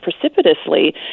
precipitously